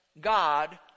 God